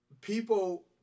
People